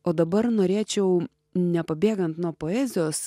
o dabar norėčiau nepabėgant nuo poezijos